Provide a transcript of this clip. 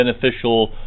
beneficial